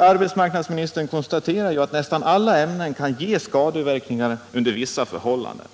Arbetsmarknadsministern konstaterar ju att nästan alla ämnen kan ge skadeverkningar under vissa förhållanden.